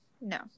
No